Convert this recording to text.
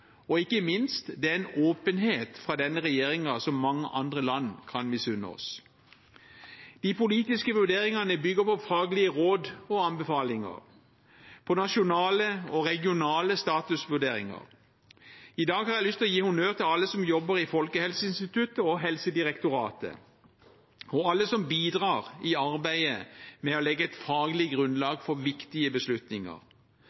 og – ikke minst – denne åpenheten fra regjeringen kan mange andre land misunne oss. De politiske vurderingene bygger på faglige råd og anbefalinger, på nasjonale og regionale statusvurderinger. I dag har jeg lyst til å gi honnør til alle som jobber i Folkehelseinstituttet og i Helsedirektoratet, og alle som bidrar i arbeidet med å legge et faglig